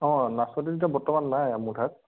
অঁ নাচপতিটো এতিয়া বৰ্তমান নাই মোৰ তাত